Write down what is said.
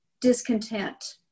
discontent